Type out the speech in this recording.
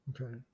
Okay